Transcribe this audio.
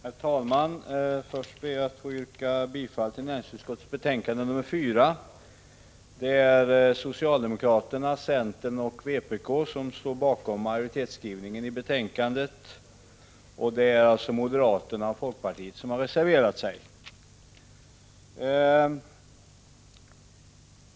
Herr talman! Först ber jag att få yrka bifall till hemställan i näringsutskottets betänkande 4. Det är socialdemokraterna, centern och vpk som står bakom majoritetsskrivningen i betänkandet, och det är alltså moderaterna och folkpartiet som har reserverat sig.